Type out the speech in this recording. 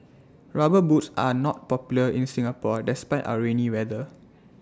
rubber boots are not popular in Singapore despite our rainy weather